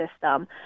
system